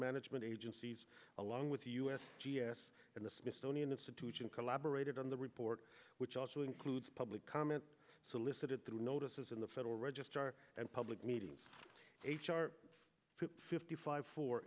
management agencies along with the u s g s and the smithsonian institution collaborated on the report which also includes public comment solicited notices in the federal register and public meetings h r fifty five four